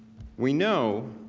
we know